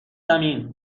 زمین